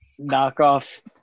knockoff